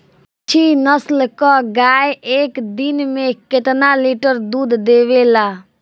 अच्छी नस्ल क गाय एक दिन में केतना लीटर दूध देवे ला?